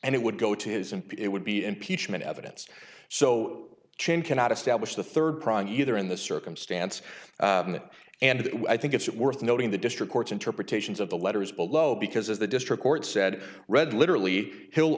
and it would go to his and it would be impeachment evidence so chain cannot establish the third prong either in the circumstance in that and i think it's worth noting the district court's interpretations of the letters below because as the district court said read literally h